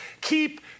keep